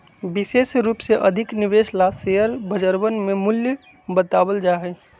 विशेष रूप से अधिक निवेश ला शेयर बजरवन में मूल्य बतावल जा हई